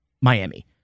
Miami